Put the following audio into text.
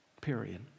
period